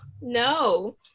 no